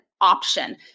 option